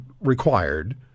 required